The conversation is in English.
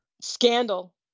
scandal